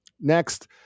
Next